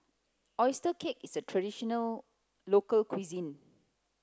Oyster cake is a traditional local cuisine